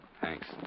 Thanks